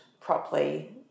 properly